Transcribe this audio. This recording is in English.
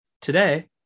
today